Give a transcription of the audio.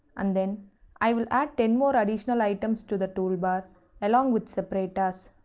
and then i will add ten more additional items to the toolbar along with separator.